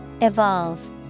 Evolve